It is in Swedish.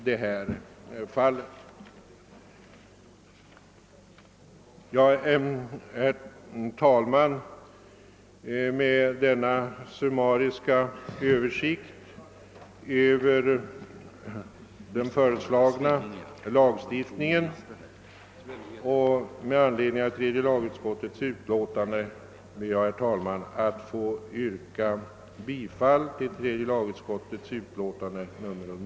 Med hänvisning till denna summariska översikt över den föreslagna lagstiftningen och med anledning av vad tredje lagutskottet uttalat i sitt utlåtande nr 90 ber jag ati få yrka bifall till utskottets hemställan.